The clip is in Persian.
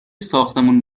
ساختمون